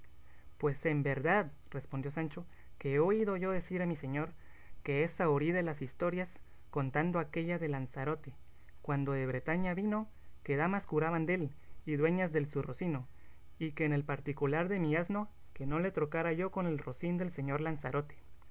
pues en verdad respondió sancho que he oído yo decir a mi señor que es zahorí de las historias contando aquella de lanzarote cuando de bretaña vino que damas curaban dél y dueñas del su rocino y que en el particular de mi asno que no le trocara yo con el rocín del señor lanzarote